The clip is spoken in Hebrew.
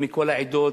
מכל העדות,